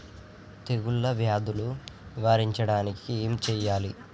తెగుళ్ళ వ్యాధులు నివారించడానికి ఏం చేయాలి?